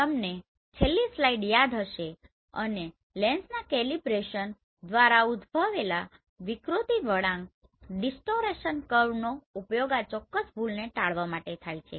તમને છેલ્લી સ્લાઇડ યાદ હશે અને લેન્સના કેલીબ્રેસન દ્વારા ઉદભવેલા વિકૃતિ વળાંકનો ઉપયોગ આ ચોક્કસ ભૂલને ટાળવા માટે થાય છે